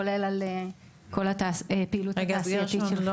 כולל על כל הפעילות התעשייתית.